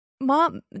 Mom